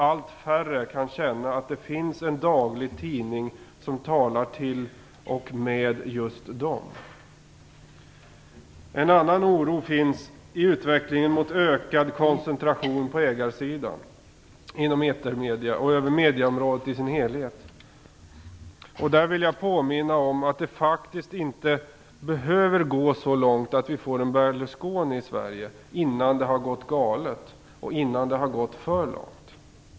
Allt färre kan känna att det finns en daglig tidning som talar till och med just dem. Utvecklingen mot ökad koncentration på ägarsidan inom etermedier och medieområdet i sin helhet inger också oro. Jag vill påminna om att det faktiskt inte behöver gå så långt att vi får en Berlusconi i Sverige innan det går galet och innan det har gått för långt.